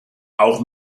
auch